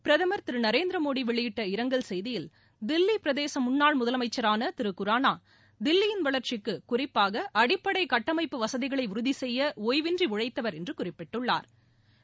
பிரதம் திரு நரேந்திரமோடி வெளியிட்ட இரங்கல் செய்தியில் தில்லி பிரதேச முன்னாள் முதலமைச்சரான திரு குரானா தில்லியின் வளர்ச்சிக்கு குறிப்பாக அடிப்படை கட்டமைப்பு வசதிகளை உறுதிசெய்ய ஓய்வின்றி உழைத்தவா் என்று குறிப்பிட்டுள்ளாா்